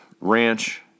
ranch